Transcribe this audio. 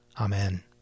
Amen